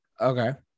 Okay